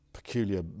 peculiar